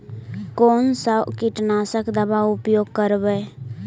कोन सा कीटनाशक दवा उपयोग करबय?